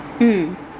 mm